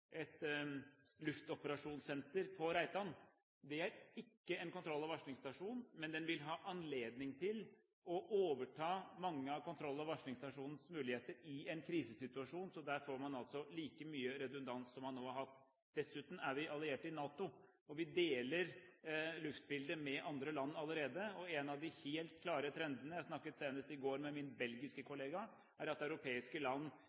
et luftoperasjonssenter på Reitan. Det er ikke en kontroll- og varslingsstasjon, men det vil ha anledning til å overta mange av kontroll- og varslingsstasjonens muligheter i en krisesituasjon, så der får man altså like mye redundans som man nå har hatt. Dessuten er vi allierte i NATO, vi deler luftbildet med andre land allerede, og en av de helt klare trendene – jeg snakket senest i går med min belgiske kollega – er at europeiske land